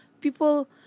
people